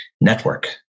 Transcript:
network